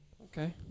Okay